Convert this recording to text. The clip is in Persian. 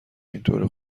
اینطوره